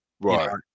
Right